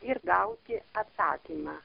ir gauti atsakymą